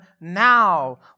now